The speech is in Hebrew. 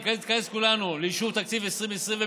נתכנס כולנו לאישור תקציב 2020,